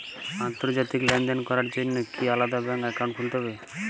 আন্তর্জাতিক লেনদেন করার জন্য কি আলাদা ব্যাংক অ্যাকাউন্ট খুলতে হবে?